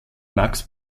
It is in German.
max